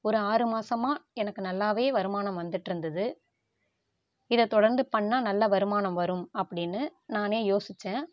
ஒரு ஆறு மாசமாக எனக்கு நல்லா வருமானம் வந்துட்டிருந்துது இதை தொடர்ந்து பண்ணால் நல்ல வருமானம் வரும் அப்படின்னு நான் யோசித்தேன்